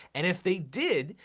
and if they did,